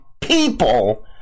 people